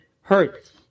hurt